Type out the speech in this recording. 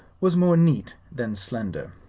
was more neat than slender.